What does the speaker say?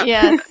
Yes